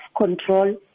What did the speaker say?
control